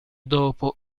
dopo